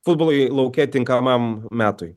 futbolui lauke tinkamam metui